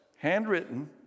handwritten